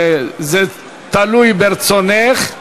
זה תלוי ברצונך.